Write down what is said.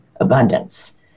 abundance